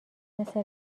مثل